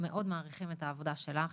מאוד מעריכים את העבודה שלך,